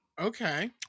Okay